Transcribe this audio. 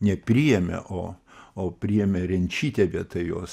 nepriėmė o o priėmė renčytę vietoj jos